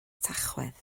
tachwedd